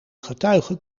getuige